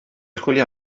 chwilio